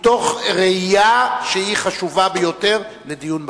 מתוך ראייה שהיא חשובה ביותר לדיון בכנסת.